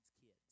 kids